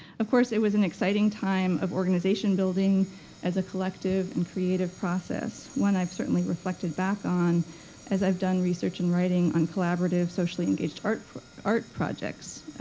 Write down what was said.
of course, it was an exciting time of organization building as a collective and creative process. one i've certainly reflected back on as i've done research and writing on collaborative, socially engaged art art projects,